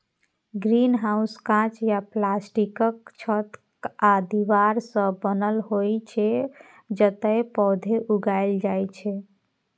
greenhouse कांच या प्लास्टिकक छत आ दीवार सं बनल होइ छै, जतय पौधा उगायल जाइ छै